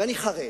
ואני חרד.